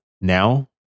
now